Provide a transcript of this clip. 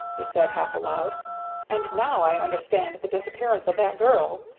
he said, half aloud and now i understand the disappearance of that girl.